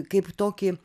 kaip tokį